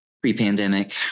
pre-pandemic